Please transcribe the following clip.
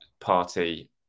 party